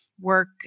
work